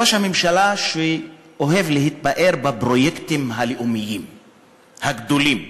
ראש הממשלה אוהב להתפאר בפרויקטים הלאומיים הגדולים.